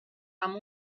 amb